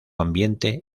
ambiente